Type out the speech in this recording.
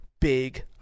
Big